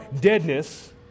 deadness